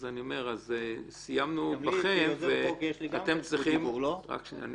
אני אומר שסיימנו ----- אז אני